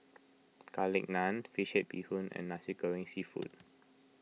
Garlic Naan Fish Head Bee Hoon and Nasi Goreng Seafood